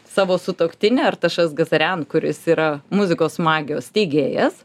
savo sutuoktinį artašes gazarian kuris yra muzikos magijos steigėjas